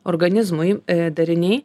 organizmui dariniai